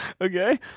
Okay